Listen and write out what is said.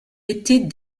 était